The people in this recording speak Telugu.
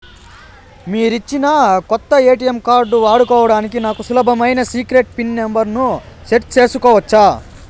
మీరిచ్చిన కొత్త ఎ.టి.ఎం కార్డు వాడుకోవడానికి నాకు సులభమైన సీక్రెట్ పిన్ నెంబర్ ను సెట్ సేసుకోవచ్చా?